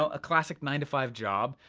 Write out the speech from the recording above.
ah a classic nine five job.